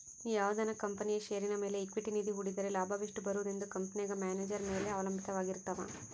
ಯಾವುದನ ಕಂಪನಿಯ ಷೇರಿನ ಮೇಲೆ ಈಕ್ವಿಟಿ ನಿಧಿ ಹೂಡಿದ್ದರೆ ಲಾಭವೆಷ್ಟು ಬರುವುದೆಂದು ಕಂಪೆನೆಗ ಮ್ಯಾನೇಜರ್ ಮೇಲೆ ಅವಲಂಭಿತವಾರಗಿರ್ತವ